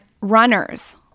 runners